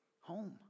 Home